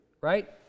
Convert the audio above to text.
right